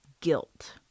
guilt